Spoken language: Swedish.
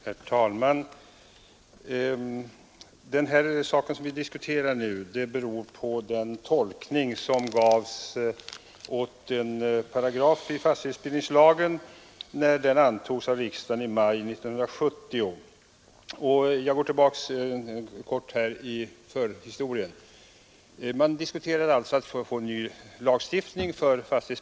Herr talman! Att vi diskuterar den här saken nu beror på den tolkning som gavs åt en paragraf i fastighetsbildningslagen när den antogs av riksdagen i maj 1970. Jag skall göra en kort tillbakablick på lagens förhistoria.